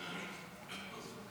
גברתי היושבת-ראש,